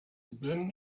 been